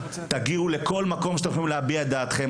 תגיעו לכל מקום שתוכלו להביע את דעתכם,